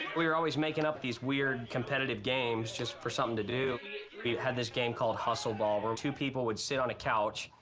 we were always making up these weird competitive games just for something to do. we had this game called hustle ball where two people would sit on a couch,